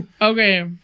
okay